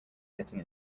getting